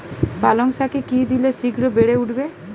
পালং শাকে কি দিলে শিঘ্র বেড়ে উঠবে?